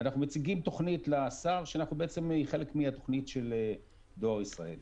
ואנחנו מציגים תוכנית לשר שבעצם היא חלק מהתוכנית של דואר ישראל.